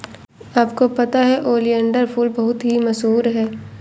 आपको पता है ओलियंडर फूल बहुत ही मशहूर है